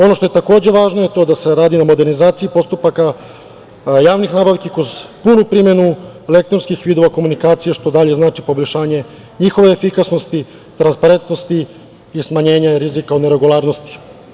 Ono što je takođe važno je to da se radi o modernizaciji postupaka javnih nabavki kroz punu primenu elektronskih vidova komunikacija što dalje znači poboljšanje njihove efikasnosti, transparentnosti i smanjenje rizika od neregularnosti.